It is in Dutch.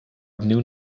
opnieuw